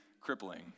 crippling